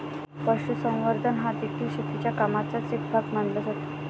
पशुसंवर्धन हादेखील शेतीच्या कामाचाच एक भाग मानला जातो